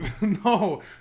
No